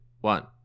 one